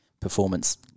performance